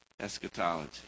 eschatology